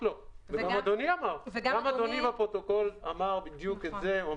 אתה, אדוני, אמרת בדיוק את זה.